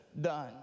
done